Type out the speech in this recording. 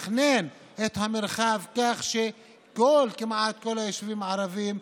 לתכנן את המרחב כך שבכמעט כל היישובים הערביים,